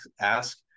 ask